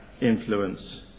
influence